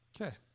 Okay